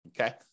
Okay